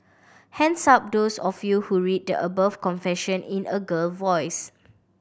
hands up those of you who read the above confession in a girl voice